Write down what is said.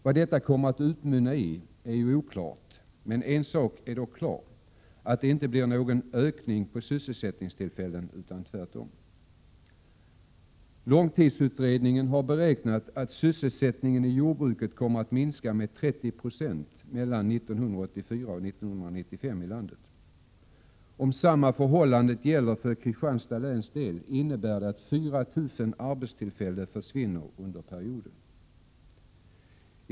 Vad detta kommer att utmynna i är oklart, men en sak är klar, nämligen att det inte blir någon ökning av antalet sysselsättningstillfällen, utan tvärtom. Långtidsutredningen har beräknat att sysselsättningen i jordbruket kommer att minska med 30 26 mellan 1984 och 1995 i landet. Om samma förhållande gäller för Kristianstads läns del, innebär det att 4 000 arbetstillfällen försvinner under perioden.